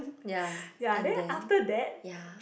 ya and then ya